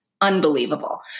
unbelievable